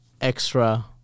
extra